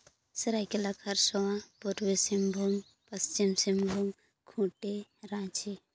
Seraikela Kharsawan Purbi Singhbhum Paschim Singhbhum Khunti Ranchi